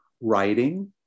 writing